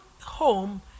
home